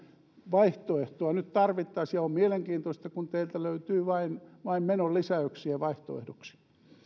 vaihtoehtoa nyt tarvittaisiin ja on mielenkiintoista kun teiltä löytyy vain vain menolisäyksiä vaihtoehdoksi